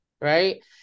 right